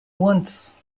once